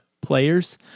players